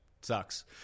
Sucks